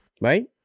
Right